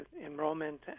enrollment